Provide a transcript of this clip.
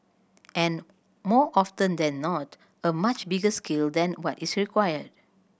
and more often than not a much bigger scale than what is required